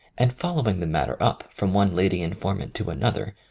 and following the matter up from one lady informant to another,